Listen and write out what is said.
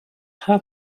how